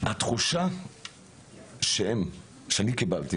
התחושה שאני קיבלתי